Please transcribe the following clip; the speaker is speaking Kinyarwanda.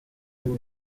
muri